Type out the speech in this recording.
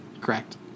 Correct